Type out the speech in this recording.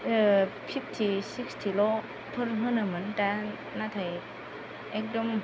fifty सिक्सटिल'फोर होनोमोन दा नाथाय एकदम